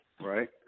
Right